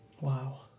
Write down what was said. Wow